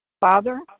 Father